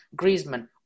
Griezmann